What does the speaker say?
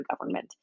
government